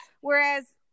Whereas